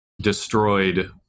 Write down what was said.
destroyed